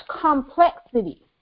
complexity